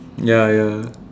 ya ya